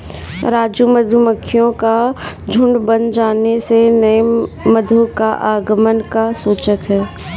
राजू मधुमक्खियों का झुंड बन जाने से नए मधु का आगमन का सूचक है